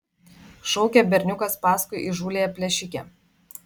šaukė berniukas paskui įžūliąją plėšikę